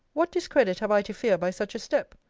what discredit have i to fear by such a step?